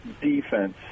defense